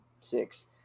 Six